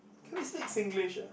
can't we speak Singlish ah